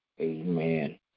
Amen